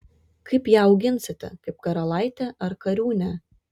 kaip ją auginsite kaip karalaitę ar kariūnę